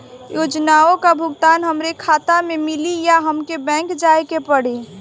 योजनाओ का भुगतान हमरे खाता में मिली या हमके बैंक जाये के पड़ी?